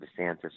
DeSantis